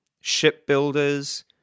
shipbuilders